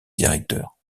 directeurs